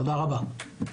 תודה רבה.